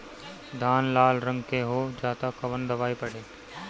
धान लाल रंग के हो जाता कवन दवाई पढ़े?